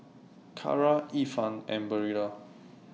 Kara Ifan and Barilla